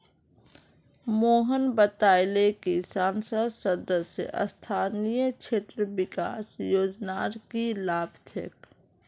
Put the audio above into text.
मोहन बताले कि संसद सदस्य स्थानीय क्षेत्र विकास योजनार की लाभ छेक